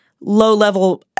low-level